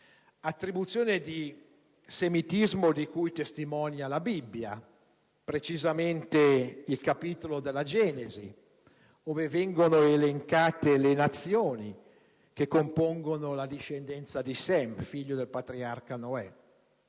attribuzione di semitismo testimonia la Bibbia, precisamente nel capitolo della Genesi, ove vengono elencate le Nazioni che compongono la discendenza di Sem, figlio del patriarca Noè.